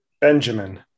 Benjamin